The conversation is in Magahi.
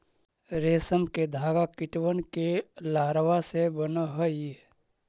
रेशम के धागा कीटबन के लारवा से बन हई